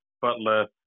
Butler